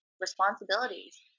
responsibilities